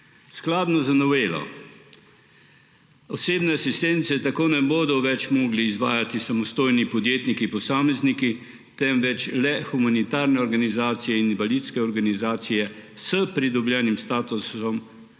Skladno z novelo osebne asistence tako ne bodo več mogli izvajati samostojni podjetniki posamezniki, temveč le humanitarne organizacije in invalidske organizacije s pridobljenim statusom